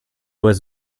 was